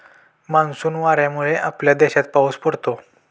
monsoon वाऱ्यांमुळे आपल्या देशात पाऊस पडतो